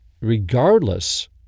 regardless